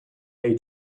may